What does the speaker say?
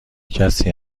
کسی